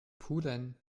pulen